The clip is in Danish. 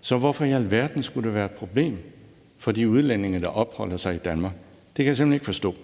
så hvorfor i alverden skulle det være et problem for de udlændinge, der opholder sig i Danmark? Det kan jeg simpelt hen ikke forstå.